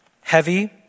heavy